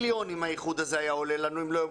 אם לא היו מקיימים את האיחוד הזה זה היה עולה לנו מאות